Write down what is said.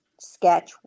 sketch